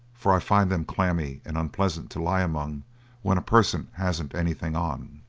for i find them clammy and unpleasant to lie among when a person hasn't anything on.